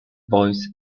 voice